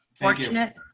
fortunate